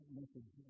message